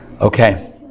okay